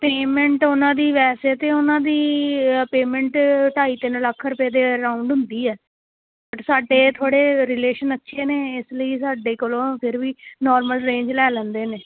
payment ਉਹਨਾਂ ਦੀ ਵੈਸੇ ਤਾਂ ਉਹਨਾਂ ਦੀ ਪੇਮੈਂਟ ਢਾਈ ਤਿੰਨ ਲੱਖ ਰੁਪਏ ਦੇ ਰਾਊਂਡ ਹੁੰਦੀ ਹੈ ਬਟ ਸਾਡੇ ਥੋੜ੍ਹੇ ਰਿਲੇਸ਼ਨ ਅੱਛੇ ਨੇ ਇਸ ਲਈ ਸਾਡੇ ਕੋਲੋਂ ਫਿਰ ਵੀ ਨੋਰਮਲ ਰੇਂਜ ਲੈ ਲੈਂਦੇ ਨੇ